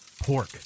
Pork